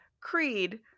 Creed